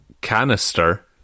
canister